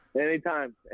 anytime